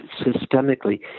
systemically